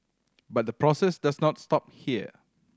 but the process does not stop here